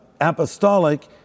apostolic